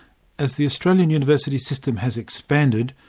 as the australian university system has expanded,